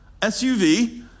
SUV